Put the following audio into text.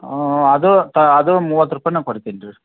ಅದು ತಾ ಅದು ಮೂವತ್ತು ರೂಪಾಯಿನೆ ಕೊಡ್ತೀನಿ ರೀ